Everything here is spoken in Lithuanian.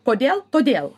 kodėl todėl